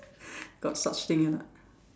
got such thing or not